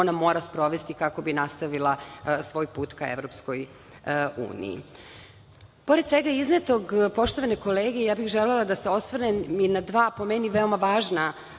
ona mora sprovesti kako bi nastavila svoj put ka EU.Pored svega iznetog, poštovane kolege, želela bih da se osvrnem na dva, po meni, veoma važna